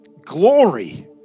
glory